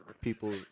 people